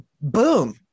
boom